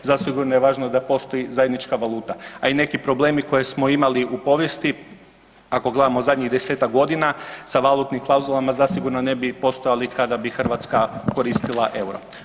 Zasigurno je važno da postoji zajednička valuta, a i neki problemi koje smo imali u povijesti ako gledamo zadnjih desetak godina sa valutnim klauzulama zasigurno ne bi postojali kada bi Hrvatska koristila euro.